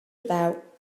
about